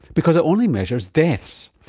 because it only measures deaths.